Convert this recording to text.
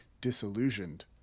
disillusioned